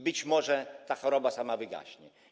Być może ta choroba sama wygaśnie.